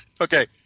Okay